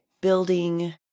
building